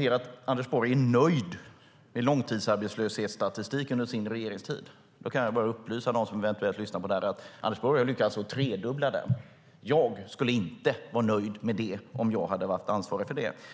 är Anders Borg nöjd med långtidsarbetslöshetsstatistiken under sin regeringstid. Då kan jag bara upplysa dem som eventuellt lyssnar att Anders Borg har lyckats tredubbla den. Jag skulle inte ha varit nöjd med det om jag hade varit ansvarig för det.